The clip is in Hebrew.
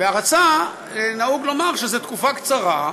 בהרצה, נהוג לומר שזה תקופה קצרה,